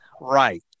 Right